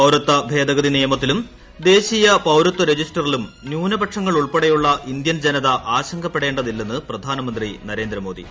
പൌരത്വ ഭേദഗതി നിയമത്തിലും ദേശീയ പ്ലൌരത്വ രജിസ്റ്ററിലും ന്യൂനപക്ഷങ്ങൾ ഉൾപ്പെടെയുള്ള ഇന്ത്യൻ ജീനത ആശങ്കപ്പെടേണ്ടതില്ലെന്ന് പ്രധാനമന്ത്രീപ്പ്ന്തേന്ദ്രമോദി